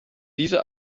diese